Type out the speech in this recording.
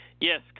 Yes